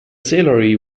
salary